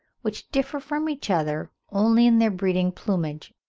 which differ from each other only in their breeding plumage.